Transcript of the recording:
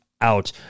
out